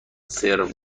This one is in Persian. سرو